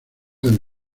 del